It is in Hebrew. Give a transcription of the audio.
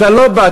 אתה לא בא,